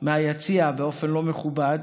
מהיציע באופן לא מכובד,